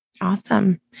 Awesome